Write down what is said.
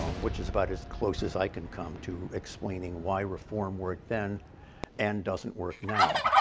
um which is about as close as i can come to explaining why reform worked then and doesn't work now.